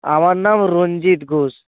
আমার নাম রঞ্জিত ঘোষ